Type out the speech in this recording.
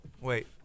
Wait